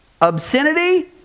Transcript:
Obscenity